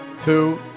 two